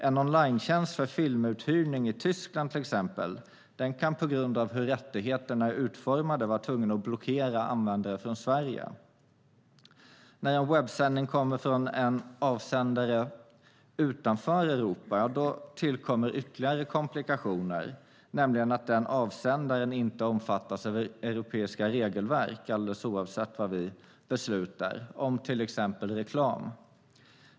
En onlinetjänst för filmuthyrning i Tyskland kan på grund av hur rättigheterna är utformade vara tvungen att blockera användare från Sverige. Men om en webbsändning kommer från en avsändare utanför Europa tillkommer ytterligare komplikationer, nämligen att den avsändaren inte omfattas av europeiska regelverk, alldeles oavsett vad vi beslutar om till exempel reklam.